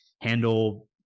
handle